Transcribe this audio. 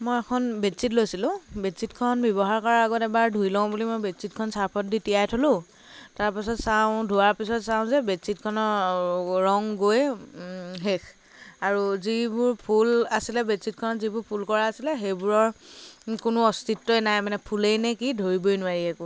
মই এখন বেডশ্ৱীট লৈছিলোঁ বেডশ্ৱীটখন ব্য়ৱহাৰ কৰাৰ আগত এবাৰ ধুই লওঁ বুলি মই বেডশ্ৱীটখন চাৰ্ফত দি তিয়াই থ'লোঁ তাৰপাছত চাওঁ ধোৱাৰ পিছত চাওঁ যে বেডশ্ৱীটখনৰ ৰং গৈ শেষ আৰু যিবোৰ ফুল আছিলে বেডশ্ৱীটখনত যিবোৰ ফুল কৰা আছিলে সেইবোৰৰ কোনো অস্তিত্বই নাই মানে কি ফুলেই নে কি ধৰিবই নোৱাৰি একো